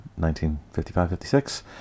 1955-56